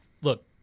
Look